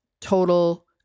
total